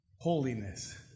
holiness